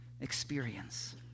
experience